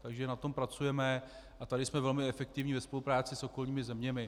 Takže na tom pracujeme a tady jsme velmi efektivní ve spolupráci s okolními zeměmi.